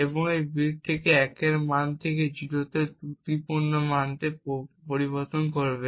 এবং এই বিটটিকে 1 এর মান থেকে 0 এর ত্রুটিপূর্ণ মানতে পরিবর্তন করবে